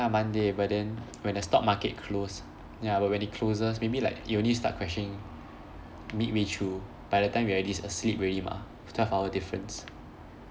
ya monday but then when the stock market close ya but when it closes maybe like you only start questioning midway through by the time we already asleep already mah twelve hour difference